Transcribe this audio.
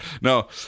No